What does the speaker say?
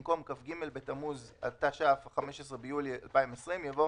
במקום "2.6 מיליארד שקלים חדשים" יבוא